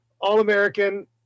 all-american